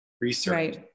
research